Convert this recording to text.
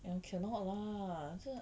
I cannot lah 这样